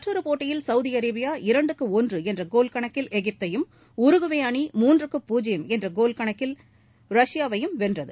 மற்றொரு போட்டியில் Saudi Arabia இரண்டுக்கு ஒன்று என்ற கோல் கணக்கில் எகிப்தையும் உருகுவே மூன்றுக்கு பூஜ்யம் என்ற கோல் கணக்கில் ரஷ்யாவையும் வென்றது